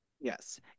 Yes